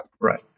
right